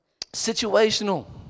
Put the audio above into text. Situational